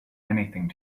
anything